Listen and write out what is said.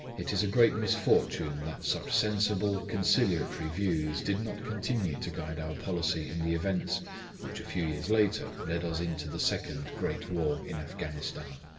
it is a great misfortune that such sensible, conciliatory views did not continue to guide our policy in the events which a few years later led us into the second great war in afghanistan.